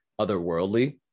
otherworldly